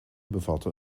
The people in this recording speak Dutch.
bevatte